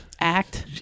Act